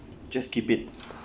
just keep it